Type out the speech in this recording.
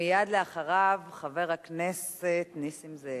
ומייד לאחריו, חבר הכנסת נסים זאב.